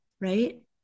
right